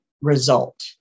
result